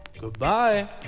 Goodbye